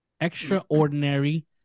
extraordinary